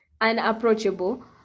unapproachable